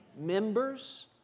members